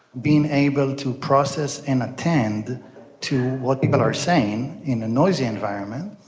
being able to process and attend to what people are saying in a noisy environment,